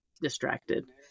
distracted